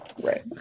Right